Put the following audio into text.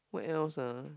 what else ah